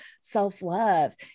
self-love